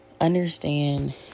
understand